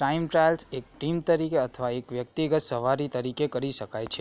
time trials એક team તરીકે અથવા એક વ્યક્તિગત સવારી તરીકે કરી શકાય છે